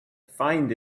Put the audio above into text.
find